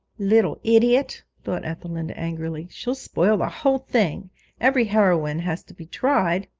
little idiot thought ethelinda angrily, she'll spoil the whole thing every heroine has to be tried